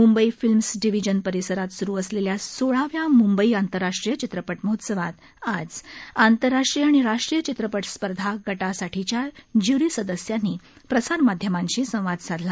Mumbai films division परिसरात सुरु असलेल्या सोळाव्या म्ंबई आंतरराष्ट्रीय चित्रपट महोत्सवात आज आंतरराष्ट्रीय आणि राष्ट्रीय चित्रपट स्पर्धा गटासाठीच्या ज्यूरी सदस्यांनी प्रसार माध्यमांशी संवाद साधला